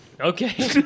Okay